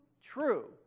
true